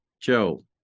Joe